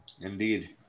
Indeed